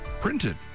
printed